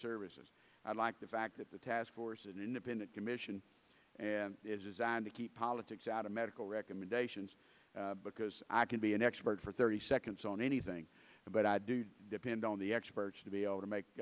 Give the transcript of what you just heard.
services i like the fact that the task force an independent commission is designed to keep politics out of medical recommendations because i can be an expert for thirty seconds on anything but i do depend on the experts to be able to make